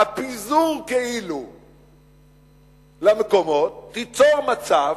הפיזור-כאילו למקומות, ייצור מצב